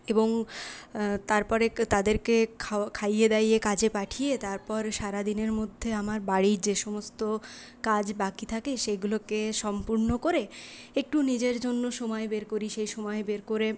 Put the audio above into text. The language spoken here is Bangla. এবং তারপরে তাদেরকে খাইয়ে দাইয়ে কাজে পাঠিয়ে তারপর সারাদিনের মধ্যে আমার বাড়ির যে সমস্ত কাজ বাকি থাকে সেগুলোকে সম্পূর্ণ করে একটু নিজের জন্য সময় বের করি সেই সময় বের করে